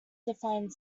defined